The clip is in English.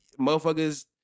motherfuckers